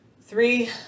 three